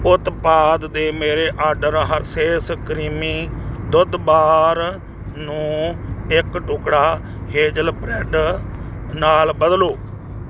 ਉਤਪਾਦ ਦੇ ਮੇਰੇ ਆਰਡਰ ਹਰਸੇਸ ਕਰੀਮੀ ਦੁੱਧ ਬਾਰ ਨੂੰ ਇੱਕ ਟੁਕੜਾ ਹੇਜ਼ਲ ਬ੍ਰੈਡ ਨਾਲ ਬਦਲੋ